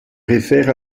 réfère